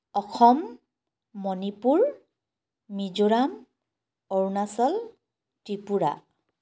Assam Manipur Mizoram Arunachal Tripura